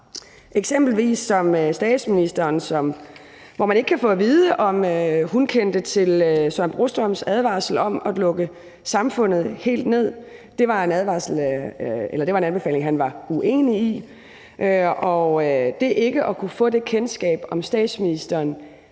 eksempelvis som statsministeren ikke ville, og hvor man ikke kan få at vide, om hun kendte til Søren Brostrøms advarsel om at lukke samfundet helt ned. Det var en anbefaling, han var uenig i, og det ikke at kunne få det kendskab, om statsministeren